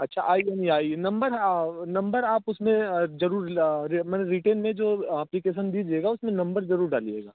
अच्छा I M I number number आप उसमें ज़रूर माने रिटेन में जो अप्लिकेशन दीजिएगा उसमें नम्बर ज़रूर डालिएगा